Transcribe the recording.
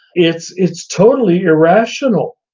it's it's totally irrational.